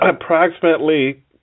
approximately